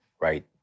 right